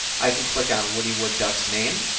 i can click on woody wood duck's name,